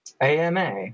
AMA